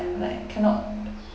like cannot